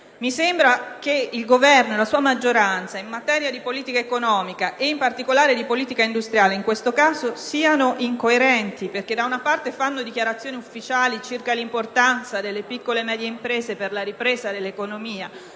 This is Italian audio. Mi sembra che il Governo e la sua maggioranza in materia di politica economica, e in particolare di politica industriale, in questo caso siano incoerenti, perché se da una parte fanno dichiarazioni ufficiali circa l'importanza delle piccole e medie imprese per la ripresa dell'economica